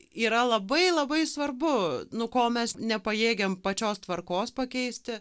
yra labai labai svarbu nu kol mes nepajėgiam pačios tvarkos pakeisti